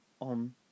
On